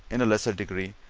in a lesser degree,